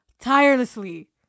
tirelessly